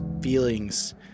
feelings